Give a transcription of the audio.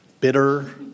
bitter